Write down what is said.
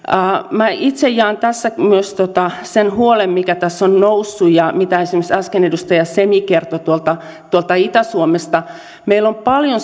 itse jaan tässä myös sen huolen mikä tässä on noussut ja mitä esimerkiksi äsken edustaja semi kertoi tuolta tuolta itä suomesta meillä on paljon